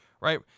right